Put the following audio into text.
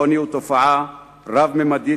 העוני הוא תופעה רב-ממדית,